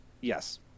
Yes